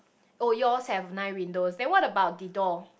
oh yours have nine windows then what about the door